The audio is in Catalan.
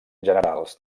generals